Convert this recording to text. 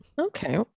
Okay